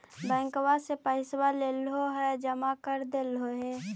बैंकवा से पैसवा लेलहो है जमा कर देलहो हे?